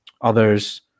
Others